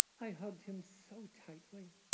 i hugged him so tightly.